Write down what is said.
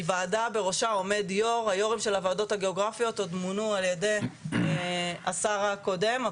היו"ר של הוועדות הגיאוגרפיות מונו על ידי השר הקודם,